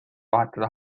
vahetada